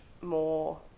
more